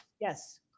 yes